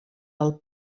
del